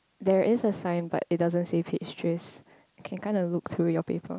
there is a sign but it doesn't say peach trees you can kind of look through your paper